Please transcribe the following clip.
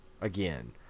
again